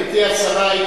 גברתי השרה,